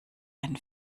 einen